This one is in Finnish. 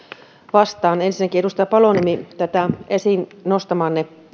vastaan ensinnäkin edustaja paloniemi tätä esiin nostamaanne